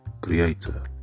creator